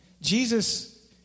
Jesus